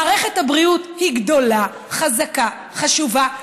מערכת הבריאות היא גדולה, חזקה, חשובה.